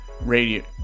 Radio